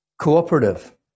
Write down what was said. cooperative